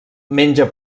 menja